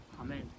Amen